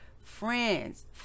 friends